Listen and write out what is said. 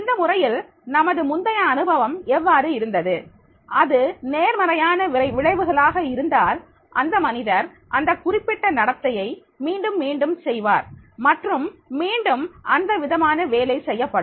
இந்த முறையில் நமது முந்தைய அனுபவம் எவ்வாறு இருந்தது அது நேர்மறையான விளைவுகளாக இருந்தால் அந்த மனிதர் அந்த குறிப்பிட்ட நடத்தையை மீண்டும் மீண்டும் செய்வார் மற்றும் மீண்டும் அந்த விதமான வேலை செய்யப் படும்